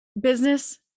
business